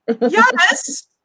yes